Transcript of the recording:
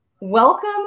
welcome